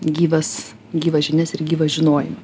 gyvas gyvas žinias ir gyvą žinojimą